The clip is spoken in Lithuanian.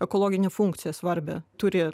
ekologinę funkciją svarbią turi